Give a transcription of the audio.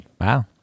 Wow